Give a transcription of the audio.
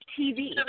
TV